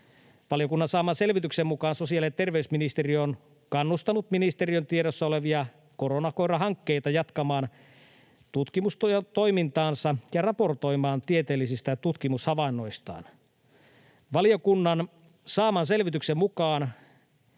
Valiokunnan saaman selvityksen mukaan sosiaali- ja terveysministeriö on kannustanut ministeriön tiedossa olevia koronakoirahankkeita jatkamaan tutkimustoimintaansa ja raportoimaan tieteellisistä tutkimushavainnoistaan. Valiokunnan saaman selvityksen mukaan